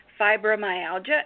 fibromyalgia